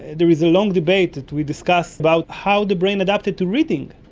there is a long debate that we discuss about how the brain adapted to reading,